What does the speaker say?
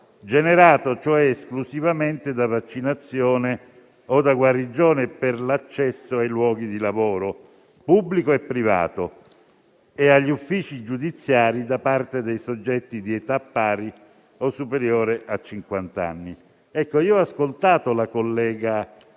generato cioè esclusivamente da vaccinazione o da guarigione per l'accesso ai luoghi di lavoro pubblico e privato e agli uffici giudiziari da parte dei soggetti di età pari o superiore a cinquanta anni. Ho ascoltato la collega